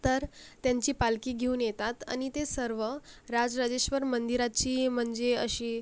तर त्यांची पालखी घेऊन येतात आणि ते सर्व राजराजेश्वर मंदिराची म्हणजे अशी